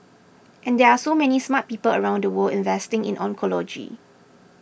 and there are so many smart people around the world investing in oncology